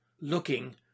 looking